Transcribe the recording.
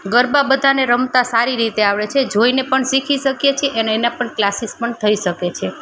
ગરબા બધાને રમતા સારી રીતે આવડે છે જોઈને પણ શીખી શકે છે એને એના પણ ક્લાસીસ પણ થઈ શકે છે